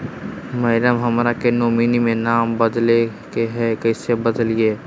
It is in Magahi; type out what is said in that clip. मैडम, हमरा के नॉमिनी में नाम बदले के हैं, कैसे बदलिए